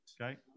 okay